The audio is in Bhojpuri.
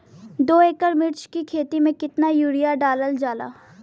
दो एकड़ मिर्च की खेती में कितना यूरिया डालल जाला?